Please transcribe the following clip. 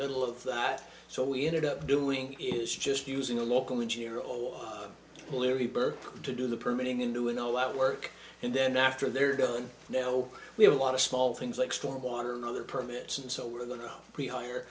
middle of that so we ended up doing is just using a local engineer all larry bird to do the permitting in doing all that work and then after they're done now we have a lot of small things like storm water and other permits and so we're